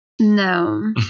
No